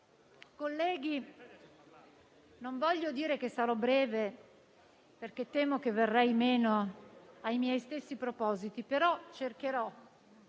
Presidente, non voglio dire che sarò breve, perché temo che verrei meno ai miei stessi propositi, ma cercherò,